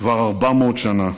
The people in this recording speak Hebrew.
כבר 400 שנה.